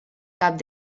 cap